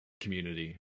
community